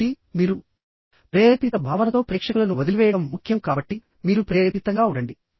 కాబట్టి మీరు ప్రేరేపిత భావనతో ప్రేక్షకులను వదిలివేయడం ముఖ్యం కాబట్టి మీరు ప్రేరేపితంగా ఉండండి